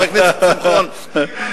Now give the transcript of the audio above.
נתנו לנו חמישה, הסתפקנו בארבעה.